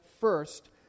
first